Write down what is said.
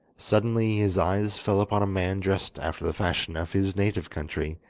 suddenly his eyes fell upon a man dressed after the fashion of his native country,